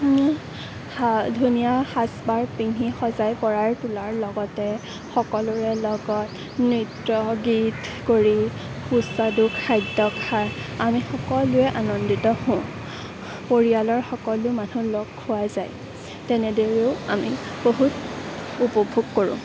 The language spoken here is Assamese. সা ধুনীয়া সাজপাৰ পিন্ধি সজাই কৰাৰ তোলাৰ লগতে সকলোৰে লগত নৃত্য গীত কৰি সুস্বাদু খাদ্য খাই আমি সকলোৱে আনন্দিত হওঁ পৰিয়ালৰ সকলো মানুহ লগ খোৱা যায় তেনেদৰেও আমি বহুত উপভোগ কৰোঁ